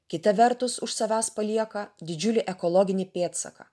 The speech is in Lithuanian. kita vertus už savęs palieka didžiulį ekologinį pėdsaką